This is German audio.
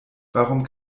warum